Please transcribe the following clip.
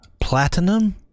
platinum